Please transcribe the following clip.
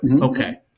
Okay